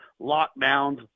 Lockdowns